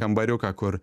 kambariuką kur